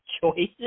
choices